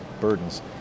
burdens